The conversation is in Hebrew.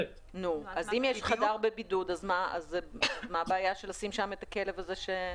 אז אם יש חדר בידוד אז מה הבעיה לשים שם את הכלב הזה?